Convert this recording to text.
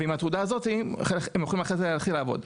ועם התעודה הזאת הם יכולים אחרי זה להתחיל לעבוד.